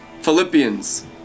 Philippians